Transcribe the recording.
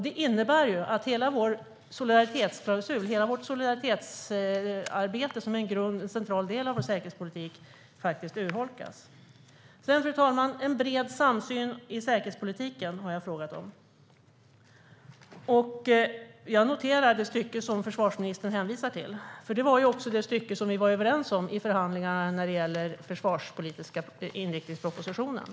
Det innebär ju att hela vår solidaritetsklausul och hela vårt solidaritetsarbete, som är en central del av vår säkerhetspolitik, urholkas. Bred samsyn i säkerhetspolitiken har jag också frågat om, fru talman. Jag noterar det stycke som försvarsministern hänvisar till, för det var också det stycke som vi var överens om i förhandlingarna när det gällde den försvarspolitiska inriktningspropositionen.